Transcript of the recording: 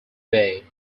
bay